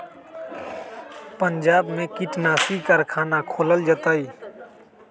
पंजाब में कीटनाशी कारखाना खोलल जतई